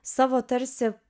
savo tarsi